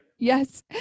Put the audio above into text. Yes